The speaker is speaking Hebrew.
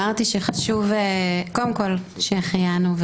קודם כל, שהחיינו.